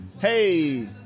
Hey